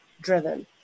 Driven